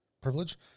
privilege